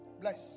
Bless